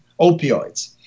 opioids